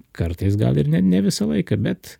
kartais gal ir ne ne visą laiką bet